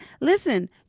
listen